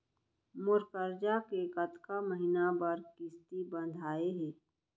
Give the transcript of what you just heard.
मोर करजा के कतका महीना बर किस्ती बंधाये हे?